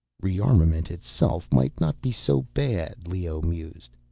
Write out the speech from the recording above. rearmament itself might not be so bad, leoh mused,